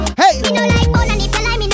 hey